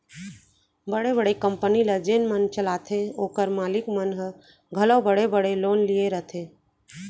बड़े बड़े कंपनी ल जेन मन चलाथें ओकर मालिक मन ह घलौ बड़े बड़े लोन लिये रथें